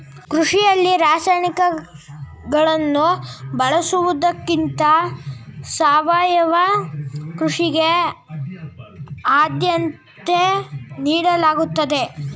ಕೃಷಿಯಲ್ಲಿ ರಾಸಾಯನಿಕಗಳನ್ನು ಬಳಸುವುದಕ್ಕಿಂತ ಸಾವಯವ ಕೃಷಿಗೆ ಆದ್ಯತೆ ನೀಡಲಾಗುತ್ತದೆ